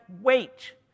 wait